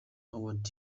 howard